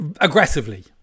Aggressively